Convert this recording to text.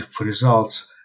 results